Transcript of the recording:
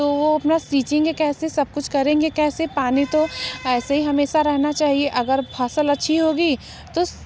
तो वह अपना सिचेंगे कैसे सब कुछ करेंगे कैसे पानी तो ऐसे ही हमेशा रहना चाहिए अगर फसल अच्छी होगी तो